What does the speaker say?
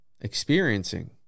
experiencing